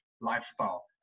lifestyle